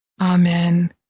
Amen